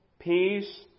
Peace